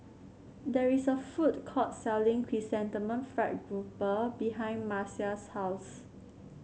there is a food court selling Chrysanthemum Fried Grouper behind Marcia's house